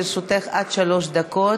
לרשותך עד שלוש דקות.